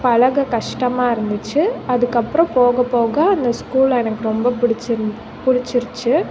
பழக கஷ்டமாக இருந்துச்சு அதுக்கப்புறம் போக போக அந்த ஸ்கூலை எனக்கு ரொம்ப பிடிச்சிருந் பிடிச்சிருச்சு